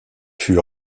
fut